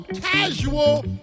casual